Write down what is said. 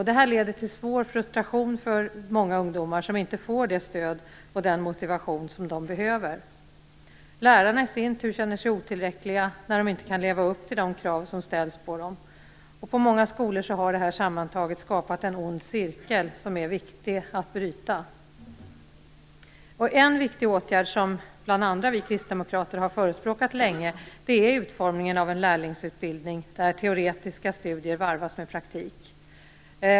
Det leder till svår frustration för många ungdomar, som inte får det stöd och den motivation som de behöver. Lärarna i sin tur känner sig otillräckliga när de inte kan leva upp till de krav som ställs på dem. På många skolor har det här sammantaget skapat en ond cirkel som det är viktigt att bryta. En viktig åtgärd, som bl.a. vi kristdemokrater har förespråkat länge, är utformningen av en lärlingsutbildning där teoretiska studier varvas med praktik.